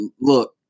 Look